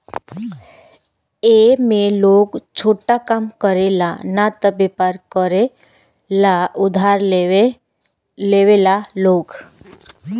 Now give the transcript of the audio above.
ए में लोग छोटा काम करे ला न त वयपर करे ला उधार लेवेला लोग